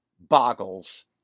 boggles